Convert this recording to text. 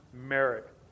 merit